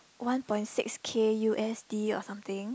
one point six K U_S_D or something